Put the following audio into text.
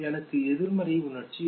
எனக்கு எதிர்மறை உணர்ச்சி இல்லை